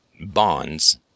bonds